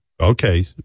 okay